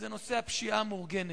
נושא הפשיעה המאורגנת.